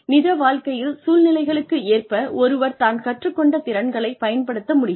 நிஜ வாழ்க்கையில் சூழ்நிலைகளுக்கு ஏற்ப ஒருவர் தான் கற்றுக் கொண்ட திறன்களை பயன்படுத்த முடிகிறது